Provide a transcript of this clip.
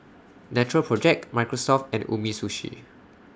Natural Project Microsoft and Umisushi